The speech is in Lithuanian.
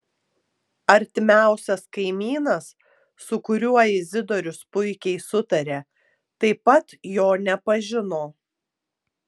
artimiausias kaimynas su kuriuo izidorius puikiai sutarė taip pat jo nepažino